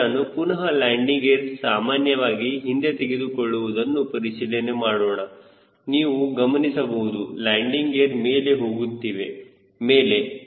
ಈಗ ನಾವು ಪುನಹ ಲ್ಯಾಂಡಿಂಗ್ ಗೇರ್ ಸಾಮಾನ್ಯವಾಗಿ ಹಿಂದೆತೆಗೆದುಕೊಳ್ಳುವುದನ್ನು ಪರಿಶೀಲನೆ ಮಾಡೋಣ ನೀವು ಗಮನಿಸಬಹುದು ಲ್ಯಾಂಡಿಂಗ್ ಗೇರ್ ಮೇಲೆ ಹೋಗುತ್ತಿವೆ ಮೇಲೆ